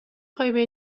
خواهی